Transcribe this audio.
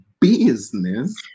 business